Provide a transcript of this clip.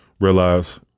Realize